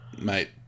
Mate